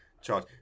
charge